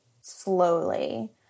slowly